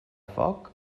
foc